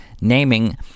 naming